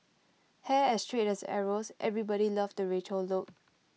hair as straight as arrows everybody loved the Rachel look